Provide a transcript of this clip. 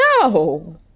No